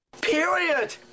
period